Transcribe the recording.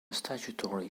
statutory